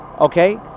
okay